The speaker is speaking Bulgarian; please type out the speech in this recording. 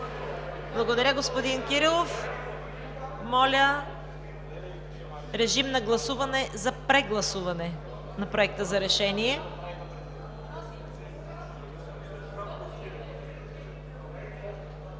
Благодаря Ви, господин Кирилов. Моля, режим на гласуване за прегласуване на Проекта за решение.